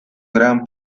gran